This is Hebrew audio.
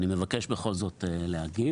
אני מבקש בכל זאת להגיב.